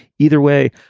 either way,